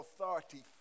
authority